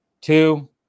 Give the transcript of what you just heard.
two